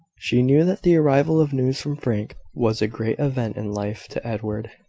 she knew that the arrival of news from frank was a great event in life to edward.